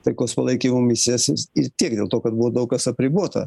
taikos palaikymo misijose ir tiek dėl to kad buvo daug kas apribota